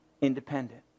independent